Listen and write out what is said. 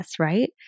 right